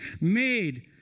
made